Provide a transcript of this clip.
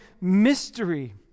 mystery